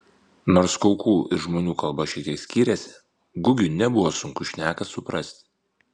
nors kaukų ir žmonių kalba šiek tiek skyrėsi gugiui nebuvo sunku šneką suprasti